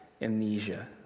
amnesia